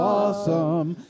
awesome